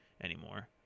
anymore